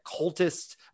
cultist